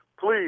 Please